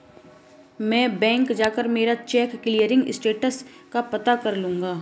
मैं बैंक जाकर मेरा चेक क्लियरिंग स्टेटस का पता कर लूँगा